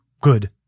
good